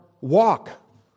walk